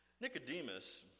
Nicodemus